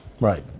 Right